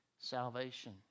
salvation